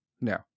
No